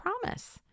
promise